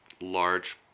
large